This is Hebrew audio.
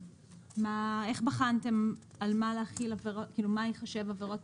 איך בחנתם על מה להחיל עבירה פלילית?